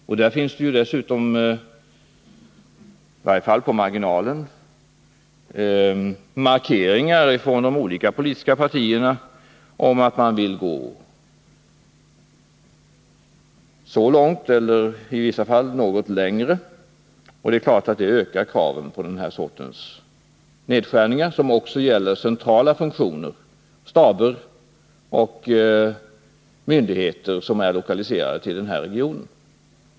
Dessutom finns, i varje fall i marginalen, markeringar från de olika politiska partierna om att man vill gå så långt eller i vissa fall något längre, och det är klart att det ökar kraven på den här sortens inskränkningar, som också gäller centrala funktioner — staber och myndigheter som är lokaliserade till den här regionen.